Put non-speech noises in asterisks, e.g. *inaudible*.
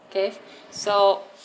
okay *breath* so